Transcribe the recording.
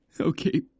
Okay